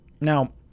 Now